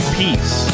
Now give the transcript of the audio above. peace